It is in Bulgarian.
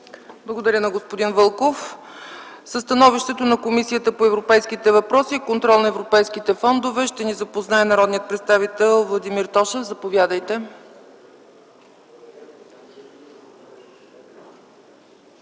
Благодаря на господин Вълков. Със становището на Комисията по европейските въпроси и контрол на европейските фондове ще ни запознае народният представител Владимир Тошев. Заповядайте.